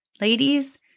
Ladies